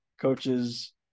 coaches